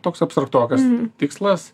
toks abstraktokas tikslas